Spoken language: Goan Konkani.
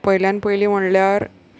पयल्यान पयलीं म्हणल्यार